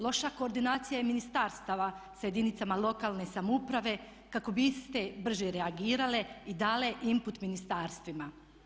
Loša koordinacija je ministarstava sa jedinicama lokalne samouprave kako bi iste brže reagirale i dale imput ministarstvima.